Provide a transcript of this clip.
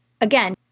again